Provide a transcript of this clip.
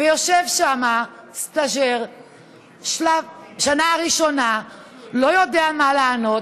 ויושב שמה סטאז'ר שנה ראשונה ולא יודע מה לענות?